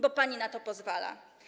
Bo pani na to pozwala.